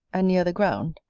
and near the ground,